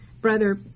brother